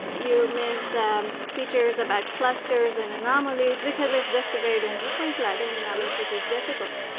you miss um features about clusters and anomalies, because it's just a very dense point cloud and analysis is difficult.